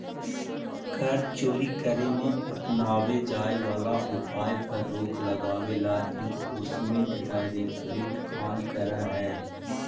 कर चोरी करे में अपनावे जाए वाला उपाय पर रोक लगावे ला एनफोर्समेंट डायरेक्टरेट काम करऽ हई